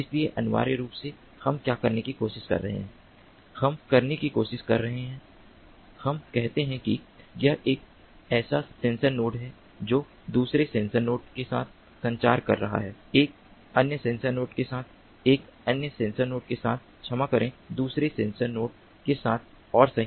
इसलिए अनिवार्य रूप से हम क्या करने की कोशिश कर रहे हैं हम करने की कोशिश कर रहे हैं तो हम कहते हैं कि यह एक ऐसा सेंसर नोड है जो दूसरे सेंसर नोड के साथ संचार कर रहा है एक अन्य सेंसर नोड के साथ एक अन्य सेंसर नोड के साथ क्षमा करें दूसरे सेंसर नोड के साथ और सही